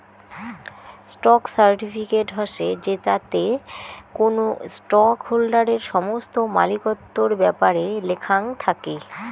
stock certificate হসে জেতাতে কোনো স্টক হোল্ডারের সমস্ত মালিকত্বর ব্যাপারে লেখাং থাকি